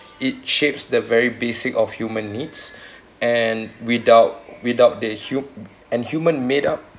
it shapes the very basic of human needs and without without the hu~ and human made up